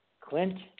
Clint